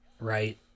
Right